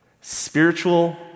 spiritual